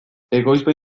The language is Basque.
ekoizpen